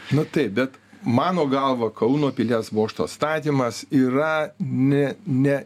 na taip bet mano galva kauno pilies bokšto atstatymas yra ne ne